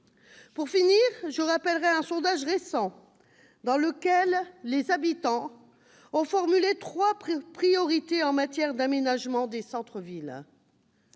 Pour finir, je rappelle que, dans un sondage récent, les habitants ont formulé trois priorités en matière d'aménagement des centres-villes